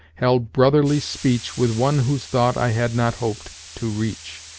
held brotherly speech with one whose thought i had not hoped to reach.